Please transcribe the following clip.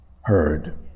heard